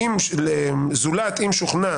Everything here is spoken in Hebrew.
אוצר המדינה."זולת אם שוכנע